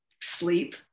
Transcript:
sleep